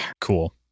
cool